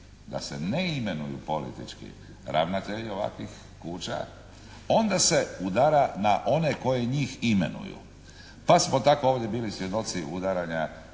da se ne imenuju politički ravnatelji ovakvih kuća onda se udara na one koji njih imenuju. Pa smo tako ovdje bili svjedoci udaranja,